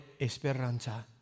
esperanza